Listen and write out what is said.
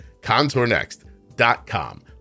ContourNext.com